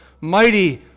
mighty